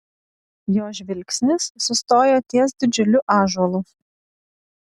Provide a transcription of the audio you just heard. jo žvilgsnis sustojo ties didžiuliu ąžuolu